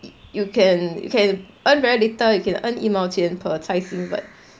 you can you can earn very little you can earn 一毛钱 per 菜心 but